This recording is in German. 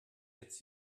jetzt